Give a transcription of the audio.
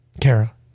Kara